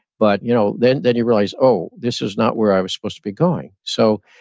but you know then then you realize, oh, this is not where i was supposed to be going. so,